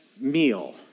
meal